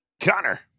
Connor